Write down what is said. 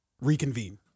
reconvene